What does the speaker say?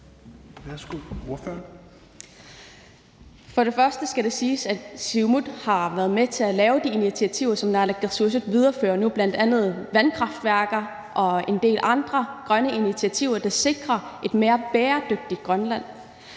(SIU): Først skal det siges, at Siumut har været med til at lave de initiativer, som naalakkersuisut viderefører nu, bl.a. vandkraftværker og en del andre grønne initiativer, der sikrer et mere bæredygtigt Grønland.